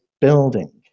building